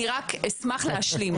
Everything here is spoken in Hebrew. אני רק אשמח להשלים.